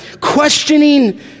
questioning